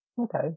okay